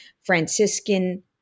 Franciscan